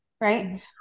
right